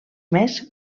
més